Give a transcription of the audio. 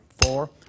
four